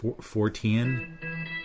Fourteen